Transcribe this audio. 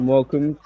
welcome